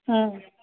ம்